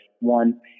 one